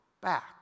back